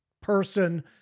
person